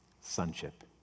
Sonship